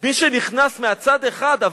מי שנכנס מצד אחד,